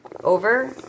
over